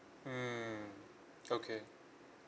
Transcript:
mmhmm okay